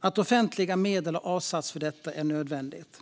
Att offentliga medel har avsatts för detta är nödvändigt,